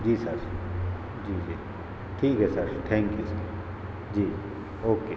जी sir जी जी ठीक है सर ठैंक यू सर जी ओके